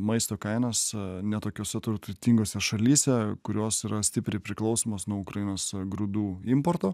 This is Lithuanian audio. maisto kainas ne tokiose turtingose šalyse kurios yra stipriai priklausomos nuo ukrainos grūdų importo